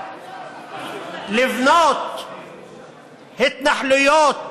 לבנות התנחלויות